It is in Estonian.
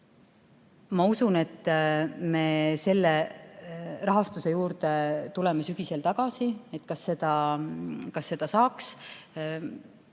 Ma usun, et me selle rahastuse juurde tuleme sügisel tagasi, kas seda ehk